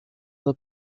the